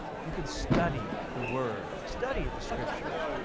you can study the word. study the scriptures.